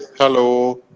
hello?